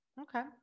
Okay